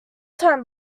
time